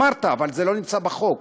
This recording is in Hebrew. אמרת אבל לא נמצא בחוק,